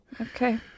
Okay